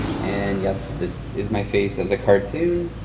and yes, this is my face as a cartoon.